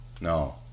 No